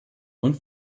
und